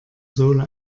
sohle